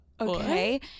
Okay